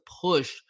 push